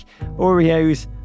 Oreos